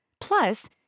Plus